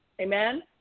Amen